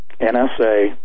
NSA